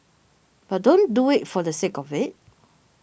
but don't do it for the sake of it